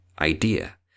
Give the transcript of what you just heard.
idea